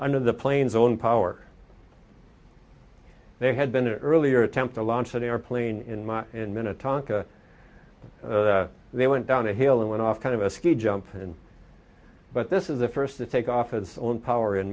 under the plane's own power they had been an earlier attempt to launch an airplane in my in minute tonka they went down a hill and went off kind of a ski jump and but this is the first to take office on power in